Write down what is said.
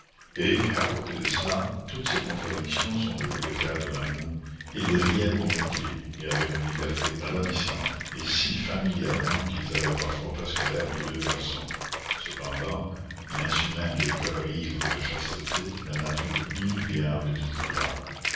et à côté de cela toutes ces contradictions sont le jeu d'éclairs de l'amour ils riaient volontiers et avec une liberté ravissante et si familièrement qu'ils avaient parfois presque l'air de deux garçons cependant l'insu même des coeurs ivres de chasteté la nature inoubliable est toujours là